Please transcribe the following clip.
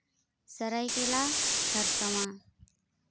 ᱥᱟᱹᱨᱟᱹᱭᱠᱮᱞᱟ ᱠᱷᱟᱨᱥᱟᱣᱟ